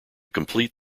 complete